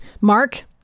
Mark